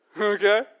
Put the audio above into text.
Okay